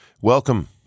Welcome